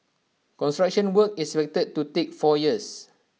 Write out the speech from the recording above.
construction work is expected to take four years